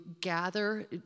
gather